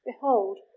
Behold